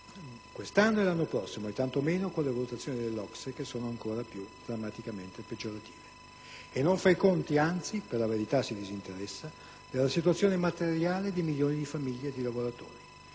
quest'anno e l'anno prossimo, nè tanto meno con le valutazioni dell'OCSE, che sono ancora più drammaticamente peggiorative; e non fa i conti, anzi si disinteressa, della situazione materiale di milioni di famiglie e di lavoratori.